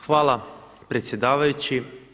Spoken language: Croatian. Hvala predsjedavajući.